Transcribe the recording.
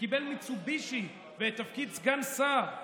שקיבל מיצובישי בתפקיד סגן שר.